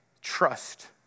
trust